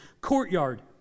courtyard